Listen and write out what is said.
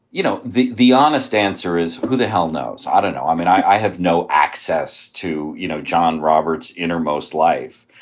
you know, the the honest answer is, who the hell knows? i don't know. i mean, i have no access to you know john roberts innermost life.